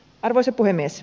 arvoisa puhemies